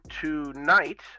tonight